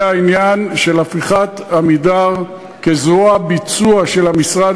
וזה העניין של הפיכת "עמידר" לזרוע ביצוע של המשרד